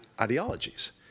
ideologies